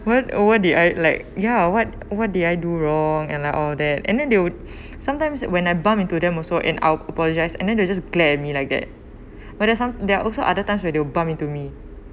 word over the I like ya what what did I do wrong and like all that and then they would sometimes when I bump into them also and I will apologize and then they just glare at me like that but there's some there are also other times where they will bump into me